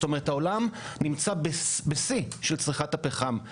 זאת אומרת העולם נמצא בשיא של צריכת הפחם.